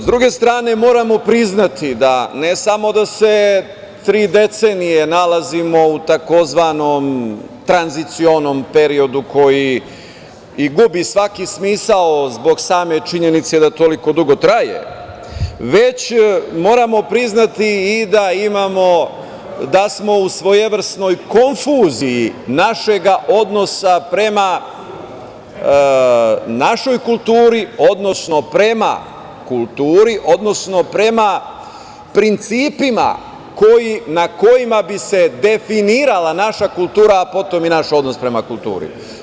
S druge strane, moramo priznati da ne samo da se tri decenije nalazimo u tzv. tranzicionom periodu koji i gubi svaki smisao zbog same činjenice da toliko dugo traje, već moramo priznati, i da smo u svojevrsnoj konfuziji našega odnosa prema našoj kulturi, odnosno prema kulturi, odnosno prema, principima na kojima bi se definirala naša kultura, a potom i naš odnos prema kulturi.